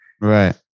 Right